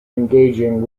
engaging